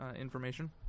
information